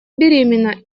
беременна